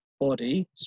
body